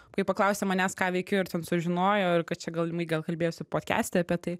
kai paklausė manęs ką veikiu ir ten sužinojo ir kad čia galimai gal kalbėsiu podkeste apie tai